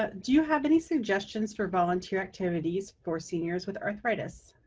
ah do you have any suggestions for volunteer activities for seniors with arthritis?